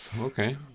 okay